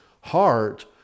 heart